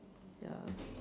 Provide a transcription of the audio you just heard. ya